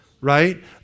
right